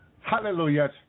hallelujah